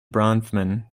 bronfman